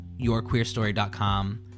yourqueerstory.com